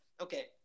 okay